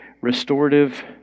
restorative